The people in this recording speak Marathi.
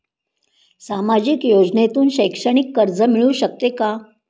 सामाजिक योजनेतून शैक्षणिक कर्ज मिळू शकते का?